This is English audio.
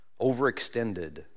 overextended